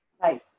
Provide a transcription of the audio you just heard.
Nice